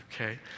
okay